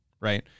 right